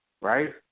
Right